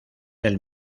del